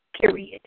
period